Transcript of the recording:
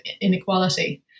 inequality